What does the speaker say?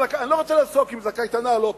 אני לא רוצה לעסוק אם זה קייטנה או לא קייטנה,